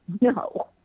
No